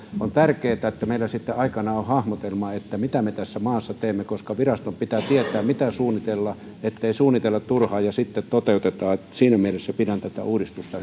on tärkeää että meillä sitten aikanaan on hahmotelma mitä me tässä maassa teemme koska viraston pitää tietää mitä suunnitella ettei suunnitella turhaan ja sitten toteutetaan siinä mielessä pidän tätä uudistusta